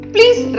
Please